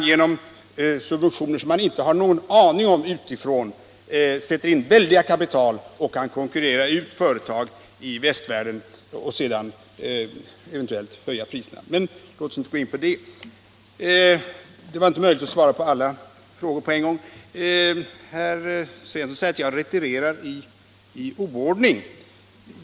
Genom subventioner som man inte har någon aning om utifrån sätter man där in väldiga kapital och kan konkurrera ut företag i västvärlden och sedan eventuellt höja priserna. Men låt oss inte gå in på det. Det var inte möjligt att svara på alla frågor på en gång. Herr Svensson i Malmö säger att jag retirerar i oordning.